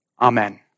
Amen